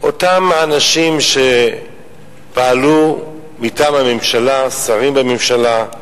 אותם אנשים שפעלו מטעם הממשלה, שרים בממשלה.